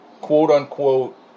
quote-unquote